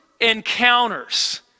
encounters